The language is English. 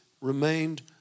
remained